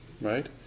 right